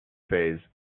phase